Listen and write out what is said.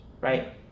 Right